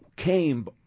came